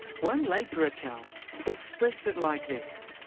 one later account expressed it like this.